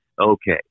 Okay